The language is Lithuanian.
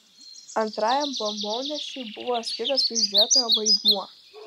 antrajam bombonešiui buvo skirtas prižiūrėtojo vaidmuo